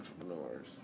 entrepreneurs